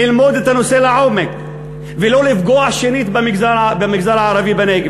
ללמוד את הנושא לעומק ולא לפגוע שנית במגזר הערבי בנגב.